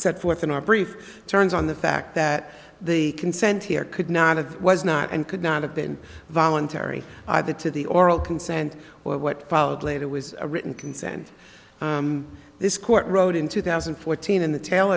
set forth in our brief turns on the fact that the consent here could not of was not and could not have been voluntary either to the oral consent or what followed later was a written consent this court road in two thousand and fourteen in the ta